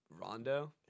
Rondo